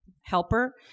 helper